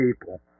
People